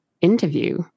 interview